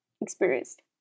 experienced